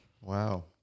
Wow